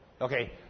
Okay